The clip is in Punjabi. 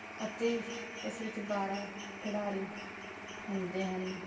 ਅਤੇ ਇਸ ਵਿੱਚ ਬਾਰ੍ਹਾਂ ਖਿਡਾਰੀ ਹੁੰਦੇ ਹਨ